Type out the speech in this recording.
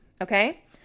okay